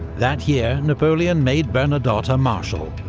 that year, napoleon made bernadotte a marshal,